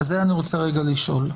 אני רוצה לשאול.